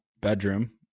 bedroom